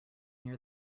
near